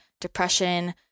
depression